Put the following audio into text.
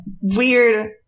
weird